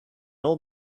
old